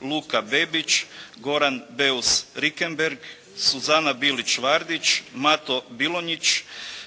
Luka Bebić, Goran Beus Richembergh, Suzana Bilić Vardić, Mato Bilonjić,